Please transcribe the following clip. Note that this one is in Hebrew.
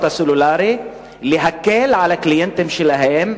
הסלולריות להקל על הקליינטים שלהן,